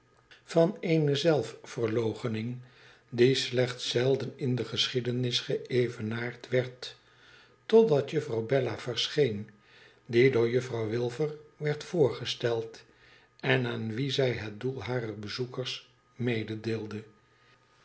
van eene zelfverloochening die slechts zelden in de geschiedenis geévenaard werd tot dat juffrouw bella verscheen die door juffrouw wilfer werd voorgesteld en aan wie zij het doelharer bezoekers